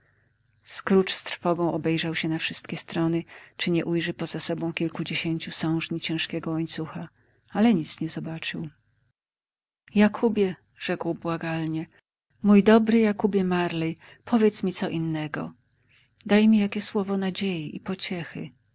z trwogą obejrzał się na wszystkie strony czy nie ujrzy poza sobą kilkudziesięciu sążni ciężkiego łańcucha ale nic nie zobaczył jakóbie rzekł błagalnie mój dobry jakóbie marley powiedz mi co innego daj mi jakie słowo nadziei i pociechy